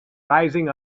rising